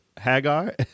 Hagar